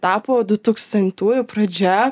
tapo dutūkstantųjų pradžia